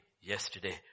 yesterday